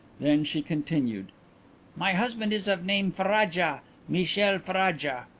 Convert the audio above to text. then she continued my husband is of name ferraja michele ferraja.